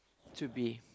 to be